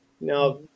Now